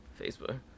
Facebook